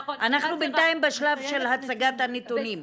אנחנו בינתיים בשלב של הצגת הנתונים.